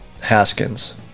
Haskins